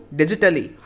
digitally